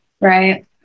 right